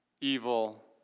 evil